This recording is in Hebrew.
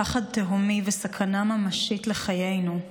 פחד תהומי וסכנה ממשית לחיינו,